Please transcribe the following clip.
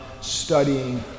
studying